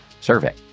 survey